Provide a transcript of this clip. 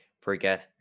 forget